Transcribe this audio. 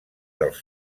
dels